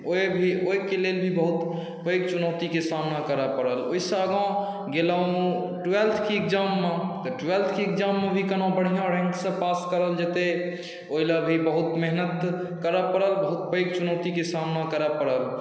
ओहिके लेल भी बहुत बड़ी चुनौतीके सामना करऽ पड़ल ओहिसँ आगाँ गेलहुँ टुएलथके एग्जाममे तऽ टूयेलथके एग्जाममे केना बढ़िऑं रैंक सऽ पास करल जेतै ओहि लए भी बहुत मेहनत करऽ पड़ल बहुत पैघ चुनौतीके सामना करऽ पड़ल